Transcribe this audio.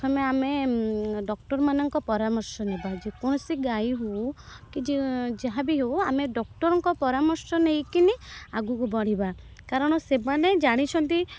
ପ୍ରଥମେ ଆମେ ଡାକ୍ତରମାନଙ୍କ ପରାମର୍ଶ ନେବା ଯେକୌଣସି ଗାଈ ହେଉ କି ଯେ ଯାହାବି ହେଉ ଆମେ ଡାକ୍ତରଙ୍କ ପରାମର୍ଶ ନେଇକରି ଆଗକୁ ବଢ଼ିବା କାରଣ ସେମାନେ ଜାଣିଛନ୍ତି